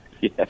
Yes